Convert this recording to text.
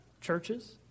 churches